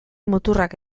muturrak